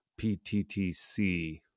PTTC